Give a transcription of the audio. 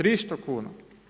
300 kuna!